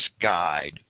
guide